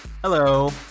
hello